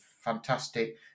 fantastic